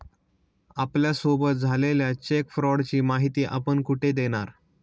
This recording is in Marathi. आपल्यासोबत झालेल्या चेक फ्रॉडची माहिती आपण कुठे देणार?